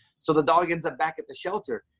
so the dog ends up back at the shelter.